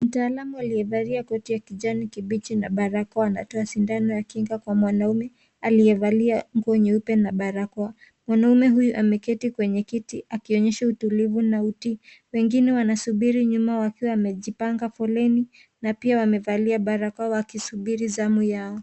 Mtaalamu aliyevalia koti ya kijani kibichi na barakoa anatoa sindano ya kinga kwa mwanaume aliyevalia nguo nyeupe na barakoa. Mwanaume huyu ameketi kwenye kiti akionyesha utulivu na utu. Wengine wanasubiri nyuma wakiwa wamejipanga foleni na pia wamevalia barakoa wakisuburi zamu yao.